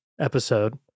episode